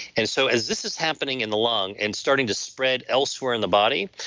and so as this is happening in the lung and starting to spread elsewhere in the body,